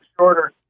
shorter